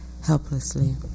helplessly